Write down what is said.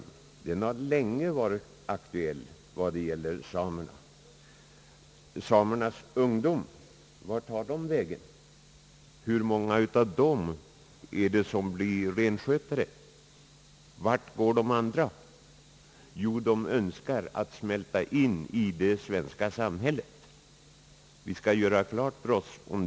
Den saken har länge varit aktuell i fråga om samerna. Vart tar samernas ungdom vägen? Hur många är det som blir renskötare och vart går de andra? Jo, de önskar smälta in i det svenska samhället; den saken bör vi göra klar för oss.